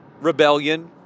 rebellion